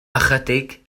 ychydig